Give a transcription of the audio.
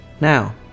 Now